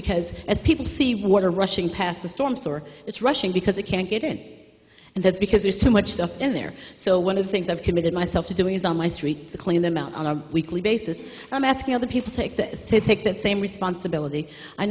because as people see water rushing past the storms or it's rushing because they can't get in and that's because there's too much stuff in there so one of the things i've committed myself to doing is on my street to clean them out on a weekly basis i'm asking other people take that is to take that same responsibility i